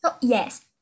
Yes